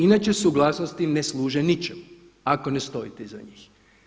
Inače suglasnosti ne služe ničemu ako ne stojite iza njih.